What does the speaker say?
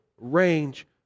range